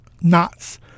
knots